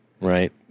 right